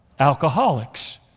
Alcoholics